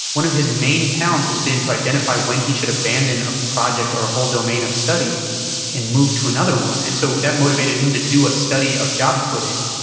one of his main talents is been to identify when he should abandon a project or a whole domain of study and move to another one and so that motivated him to do a study of job quitting.